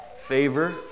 favor